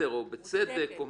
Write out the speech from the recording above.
מוצדקת,